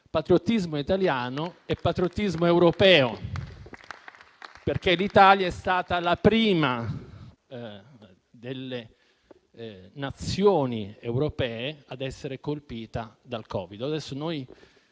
patriottismo italiano ed europeo, perché l'Italia è stata la prima delle Nazioni europee ad essere colpita dal Covid. Adesso lo